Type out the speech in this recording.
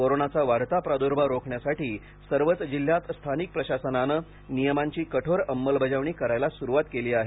कोरोनाचा वाढता प्राद्भाव रोखण्यासाठी सर्वच जिल्ह्यात स्थानिक प्रशासनानं नियमांची कठोर अंमलबजावणी करायला सुरुवात केली आहे